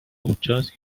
اونجاست